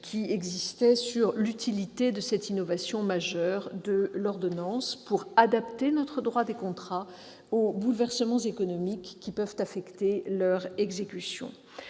existant sur l'utilité de cette innovation majeure de l'ordonnance pour adapter notre droit des contrats aux bouleversements économiques qui peuvent affecter leur exécution.